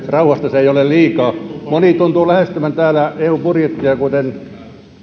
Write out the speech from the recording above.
rauhasta se ei ole liikaa moni tuntuu lähestyvän täällä eu budjettia kuten